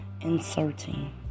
inserting